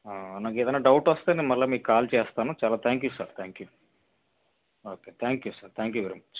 నాకేదన్న doubt వస్తే మళ్లీ మీకు కాల్ చేస్తాను చాలా thank you sir thank you okay thank you sir thank you very much